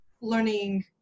learning